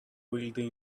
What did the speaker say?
wildly